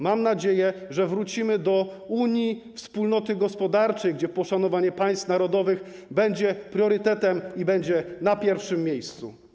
Mam też nadzieję, że wrócimy w Unii do wspólnoty gospodarczej, gdzie poszanowanie państw narodowych będzie priorytetem i będzie na pierwszym miejscu.